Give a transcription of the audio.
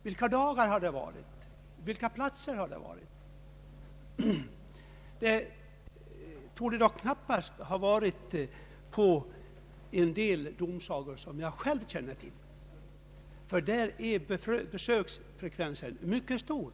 Vilka dagar har det varit, och vilka platser har det gällt? Man torde knappast ha undersökt någon av de domsagor som jag känner till, för där är besöksfrekvensen mycket stor.